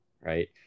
Right